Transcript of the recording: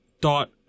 dot